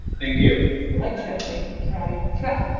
thank you. i like jeff, nate and trouty. trout,